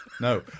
No